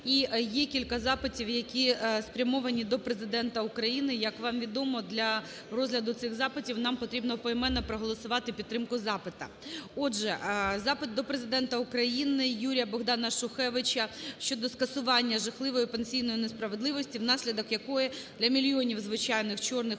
І є кілька запитів, які спрямовані до Президента України. Як вам відомо, для розгляду цих запитів нам потрібно поіменно проголосувати підтримку запита. Отже, запит до Президента України Юрія-Богдана Шухевича щодо скасування жахливої пенсійної несправедливості, внаслідок якої для мільйонів звичайних "чорних"